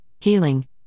healing